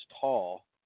tall